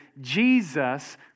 Jesus